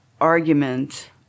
argument